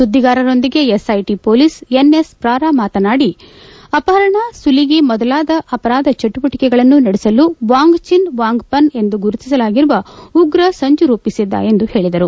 ಸುದ್ದಿಗಾರರೊಂದಿಗೆ SIT police N S Brar ಮಾತನಾದಿ ಅಪಹರಣ ಸುಲಿಗೆ ಮೊದಲಾದ ಅಪರಾಧ ಚಟುವಟಿಕೆಗಳನ್ನು ನಡೆಸಲು ವಾಂಗ್ಚಿನ್ ವಾಂಗ್ಪನ್ ಎಂದು ಗುರುತಿಸಲಾಗಿರುವ ಉಗ್ರ ಸಂಚು ರೂಪಿಸಿದ್ದ ಎಂದು ಹೇಳಿದರು